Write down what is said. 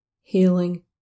healing